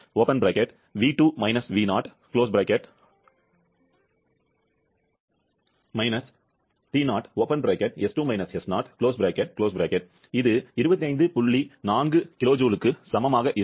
4 kJ க்கு சமமாக இருக்கும்